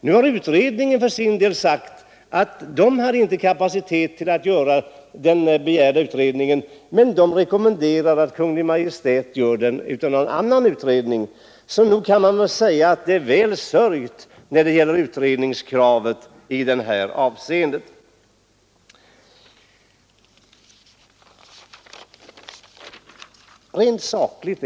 Nu har utredningen för sin del sagt att den inte hade kapacitet att utföra vad man begärde, men den rekommenderar att Kungl. Maj:t överlämnar uppgiften till en annan utredning. Nog kan man säga att det är väl sörjt för att tillgodose utredningskravet i detta avseende. Mina vänner!